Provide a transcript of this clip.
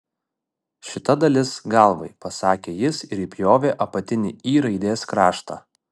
šita dalis galvai pasakė jis ir įpjovė apatinį y raidės kraštą